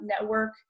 network